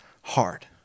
hard